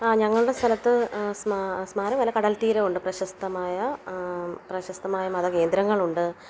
ആ ഞങ്ങളുടെ സ്ഥലത്ത് സ്മാരകം സ്മാരകമല്ല കടൽത്തീരമുണ്ട് പ്രശസ്തമായ പ്രശസ്തമായ മത കേന്ദ്രങ്ങളുണ്ട്